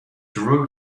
drew